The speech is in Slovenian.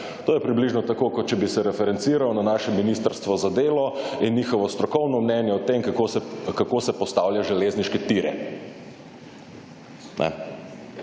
To je približno tako, kot če bi se »referenciral« na naše Ministrstvo za delo in njihovo strokovno mnenje o tem, kako se postavlja železniške tire.